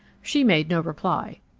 she made no reply.